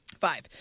Five